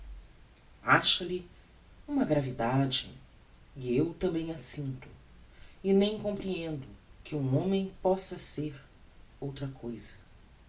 acha lhe uma gravidade e eu tambem a sinto e nem comprehendo que um homem possa ser outra cousa